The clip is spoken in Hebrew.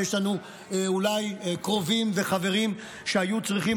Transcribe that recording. ויש לנו אולי קרובים וחברים שהיו צריכים,